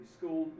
School